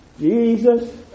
Jesus